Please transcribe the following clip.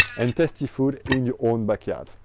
and tasty food in your own backyard.